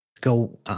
go